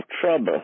trouble